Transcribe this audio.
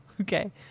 Okay